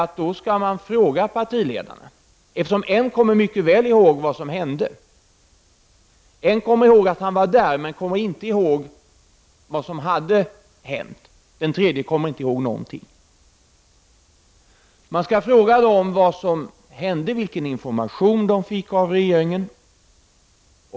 Eftersom en person kommer mycket väl ihåg vad som hände, en annan kommer ihåg att han var där men inte vad som hände och en tredje inte kommer ihåg någonting, skall man fråga dem vad som hände och vilken information de fick av regeringen.